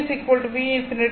v v∞ ஆகும்